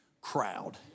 crowd